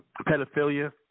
pedophilia